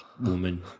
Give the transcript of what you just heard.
woman